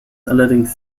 allerdings